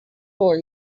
for